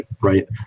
right